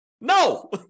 No